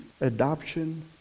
adoption